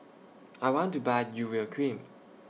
I want to Buy Urea Cream